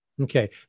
Okay